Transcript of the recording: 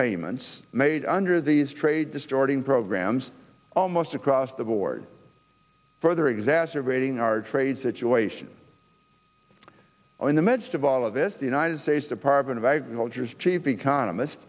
payments made under these trade distorting programs almost across the board further exacerbating our trade situation in the midst of all of this the united states department of agriculture's chief economist